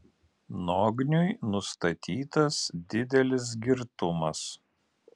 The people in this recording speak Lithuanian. nogniui nustatytas didelis girtumas